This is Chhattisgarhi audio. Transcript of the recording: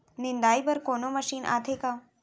निंदाई बर कोनो मशीन आथे का?